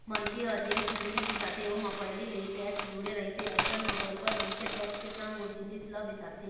मनखे ह जेन भी जिनिस बिसाथे ओमा पहिली ले टेक्स जुड़े रहिथे अइसन म बरोबर मनखे टेक्स के संग ओ जिनिस ल बिसाथे